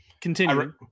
Continue